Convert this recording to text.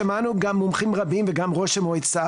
שמענו גם מומחים רבים וגם ראש המועצה,